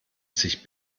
sich